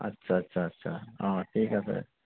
আচ্ছা আচ্ছা আচ্ছা অঁ ঠিক আছে